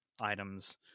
items